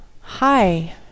Hi